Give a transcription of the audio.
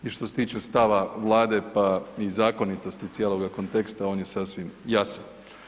I što se tiče stava Vlada i zakonitosti cijeloga konteksta on je sasvim jasan.